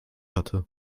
hatte